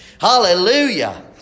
Hallelujah